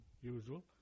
usual